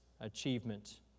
achievement